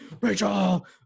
Rachel